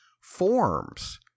forms